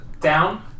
down